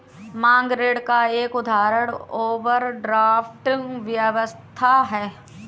मांग ऋण का एक उदाहरण ओवरड्राफ्ट व्यवस्था है